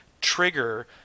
trigger